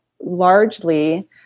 largely